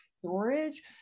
Storage